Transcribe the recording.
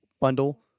bundle